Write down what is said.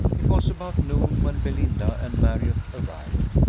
it was about noon when belinda and marriott arrived.